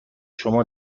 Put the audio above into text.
شما